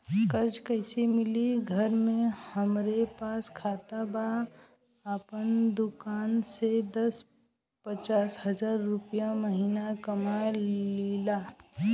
कर्जा कैसे मिली घर में हमरे पास खाता बा आपन दुकानसे दस पंद्रह हज़ार रुपया महीना कमा लीला?